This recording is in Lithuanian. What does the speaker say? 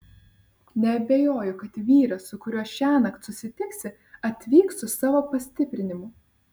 neabejoju kad vyras su kuriuo šiąnakt susitiksi atvyks su savo pastiprinimu